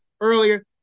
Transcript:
earlier